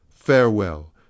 farewell